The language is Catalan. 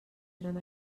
eren